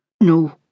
No